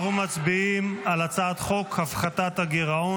אנחנו מצביעים על הצעת חוק הפחתת הגירעון